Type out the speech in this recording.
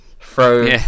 throw